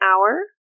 hour